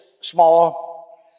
small